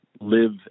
live